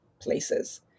places